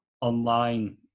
online